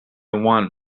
want